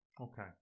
okay